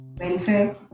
welfare